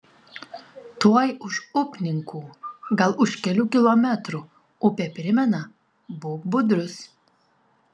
tuoj už upninkų gal už kelių kilometrų upė primena būk budrus